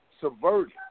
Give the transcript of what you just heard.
subverted